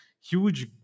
huge